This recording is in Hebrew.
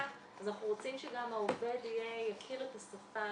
אז אנחנו רוצים שגם העובד יכיר את השפה,